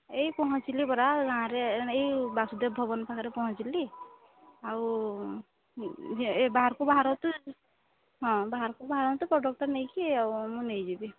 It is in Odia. ଏଇ ପହଞ୍ଚିଲି ପରା ଗାଁରେ ଏଇ ବାସୁଦେବ ଭବନ ପାଖରେ ପହଞ୍ଚିଲି ଆଉ ବାହାରକୁ ବାହାରନ୍ତୁ ହଁ ବାହାରକୁ ବାହାରନ୍ତୁ ପ୍ରଡ଼କ୍ଟ୍ଟା ନେଇକି ଆଉ ମୁଁ ନେଇଯିବି